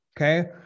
Okay